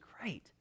great